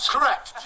Correct